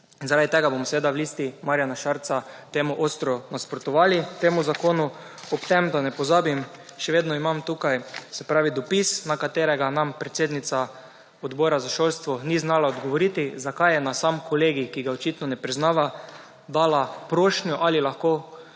zaradi tega bomo v Listi Marjana Šarca temu ostro nasprotovali temu zakon. Ob tem, da ne pozabim, še vedno imam tukaj dopis na katerega nam predsednica Odbora za šolstvo ni znala odgovoriti. Zakaj je na sam Kolegij, ki ga očitno ne priznava, dala prošnjo ali lahko